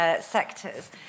sectors